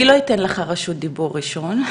אני לא אתן לך רשות דיבור ראשון.